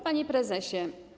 Panie Prezesie!